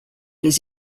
his